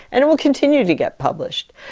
and it will continue to get published.